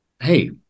hey